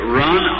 run